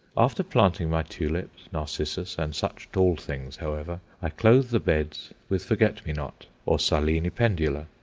after planting my tulips, narcissus, and such tall things, however, i clothe the beds with forget-me-not or silene pendula,